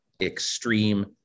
extreme